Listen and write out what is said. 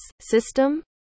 system